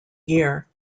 year